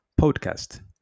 podcast